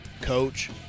Coach